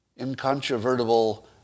incontrovertible